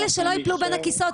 שלא ייפלו בין הכיסאות.